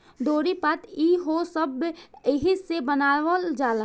डोरी, पाट ई हो सब एहिसे बनावल जाला